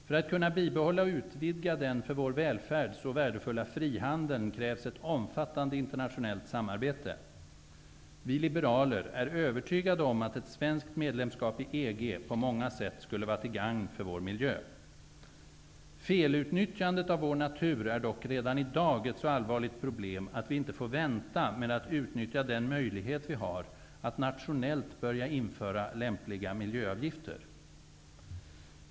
För att kunna bibehålla och utvidga den för vår välfärd så värdefulla frihandeln krävs ett omfattande internationellt samarbete. Vi liberaler är övertygade om att ett svenskt medlemskap i EG på många sätt skulle vara till gagn för vår miljö. Felutnyttjandet av vår natur är dock redan i dag ett så allvarligt problem att vi inte får vänta med att utnyttja den möjlighet vi har att nationellt börja införa lämpliga miljöavgifter.